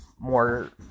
more